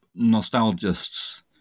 nostalgists